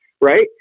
right